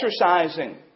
exercising